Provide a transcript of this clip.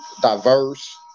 diverse